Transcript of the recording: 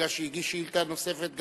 מכיוון שהגיש שאילתא נוספת,